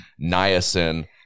niacin